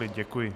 Děkuji.